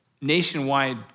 nationwide